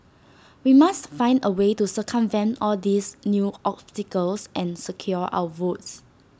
we must find A way to circumvent all these new obstacles and secure our votes